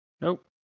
Nope